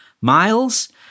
miles